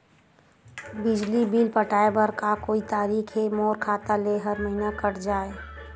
बिजली बिल पटाय बर का कोई तरीका हे मोर खाता ले हर महीना कट जाय?